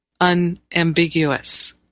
unambiguous